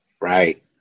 right